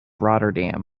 rotterdam